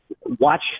Watch